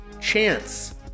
Chance